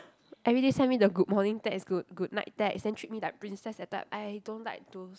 everyday send me the good morning text good goodnight text then treat me like princess that type I don't like those